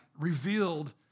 revealed